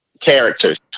characters